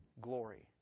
glory